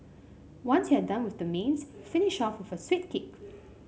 once you're done with the mains finish off with a sweet kick